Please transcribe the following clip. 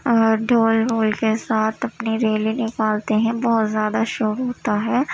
اور ڈھول وول کے ساتھ اپنی ریلی نکالتے ہیں بہت زیادہ شور ہوتا ہے